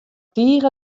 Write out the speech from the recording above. tige